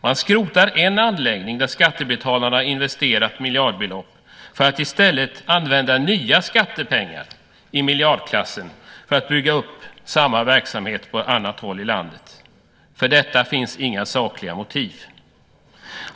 Man skrotar en anläggning där skattebetalarna har investerat miljardbelopp för att i stället använda nya skattepengar i miljardklassen för att bygga upp samma verksamhet på annat håll i landet. För detta finns inga sakliga motiv.